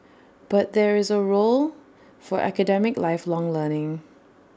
but there is A role for academic lifelong learning